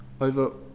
over